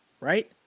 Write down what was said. right